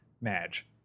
Madge